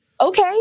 okay